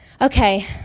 okay